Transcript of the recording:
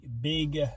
big